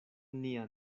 nia